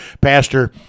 Pastor